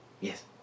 Yes